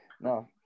No